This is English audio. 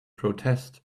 protest